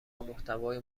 محتوای